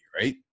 right